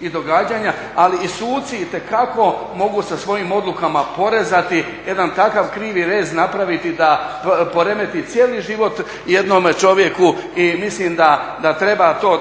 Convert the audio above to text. i događanja, ali i suci itekako mogu sa svojim odlukama porezati jedan takav krivi rez napraviti da poremeti cijeli život jednome čovjeku i mislim da to